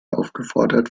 aufgefordert